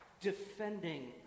defending